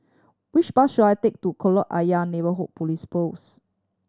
which bus should I take to Kolam Ayer Neighbourhood Police Post